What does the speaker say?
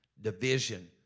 division